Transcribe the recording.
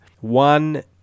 One